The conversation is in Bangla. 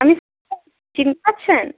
আমি চিনতে পারছেন